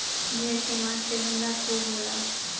भेड़ के मांस के धंधा खूब होला